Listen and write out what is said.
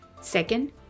Second